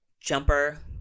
jumper